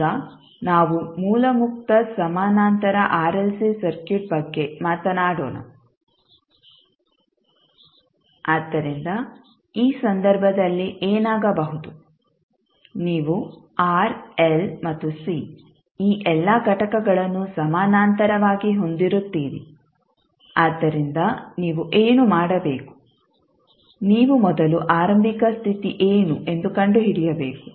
ಈಗ ನಾವು ಮೂಲ ಮುಕ್ತ ಸಮಾನಾಂತರ ಆರ್ಎಲ್ಸಿ ಸರ್ಕ್ಯೂಟ್ ಬಗ್ಗೆ ಮಾತನಾಡೋಣ ಆದ್ದರಿಂದ ಈ ಸಂದರ್ಭದಲ್ಲಿ ಏನಾಗಬಹುದು ನೀವು R L ಮತ್ತು C ಈ ಎಲ್ಲಾ ಘಟಕಗಳನ್ನು ಸಮಾನಾಂತರವಾಗಿ ಹೊಂದಿರುತ್ತೀರಿ ಆದ್ದರಿಂದ ನೀವು ಏನು ಮಾಡಬೇಕು ನೀವು ಮೊದಲು ಆರಂಭಿಕ ಸ್ಥಿತಿ ಏನು ಎಂದು ಕಂಡುಹಿಡಿಯಬೇಕು